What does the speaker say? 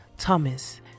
Thomas